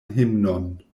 himnon